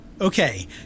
Okay